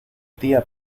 tía